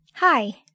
Hi